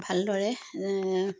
ভালদৰে